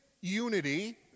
unity